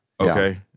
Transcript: okay